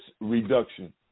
reduction